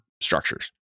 structures